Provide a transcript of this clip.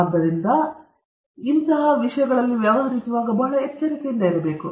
ಆದ್ದರಿಂದ ಅದರೊಂದಿಗೆ ವ್ಯವಹರಿಸುವಾಗ ಬಹಳ ಎಚ್ಚರಿಕೆಯಿಂದ ಇರಬೇಕು